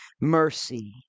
mercy